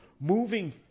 moving